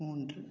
மூன்று